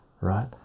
right